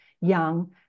young